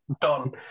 done